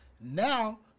Now